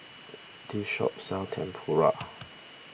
this shop sells Tempura